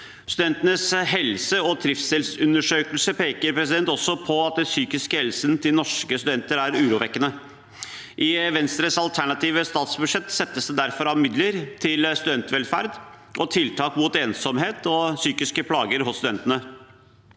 Studentenes helse- og trivselsundersøkelse peker også på at den psykiske helsen til norske studenter er urovekkende. I Venstres alternative statsbudsjett settes det derfor av midler til studentvelferd og tiltak mot ensomhet og psykiske plager hos studentene.